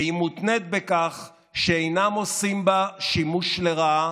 והמותנית בכך שאינם עושים בה שימוש לרעה